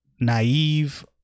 naive